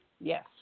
Yes